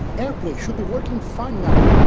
airplay should be working fine now!